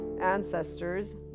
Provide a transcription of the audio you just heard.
ancestors